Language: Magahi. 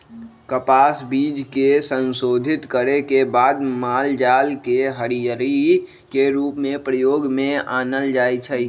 कपास बीज के संशोधित करे के बाद मालजाल के हरियरी के रूप में प्रयोग में आनल जाइ छइ